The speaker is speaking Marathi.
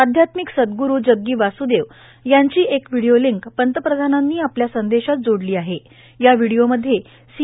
आध्यात्मिक सद्गुरू जग्गी वासुदेव यांची एक व्हिडिओ लिंक पंतप्रधानांनी आपल्या संदेशात जोडली असून या व्हिडिओमध्ये सी